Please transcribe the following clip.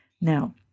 Now